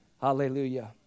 Hallelujah